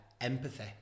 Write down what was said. empathy